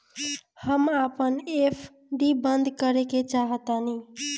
हम अपन एफ.डी बंद करेके चाहातानी